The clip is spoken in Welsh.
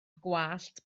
gwallt